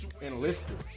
enlisted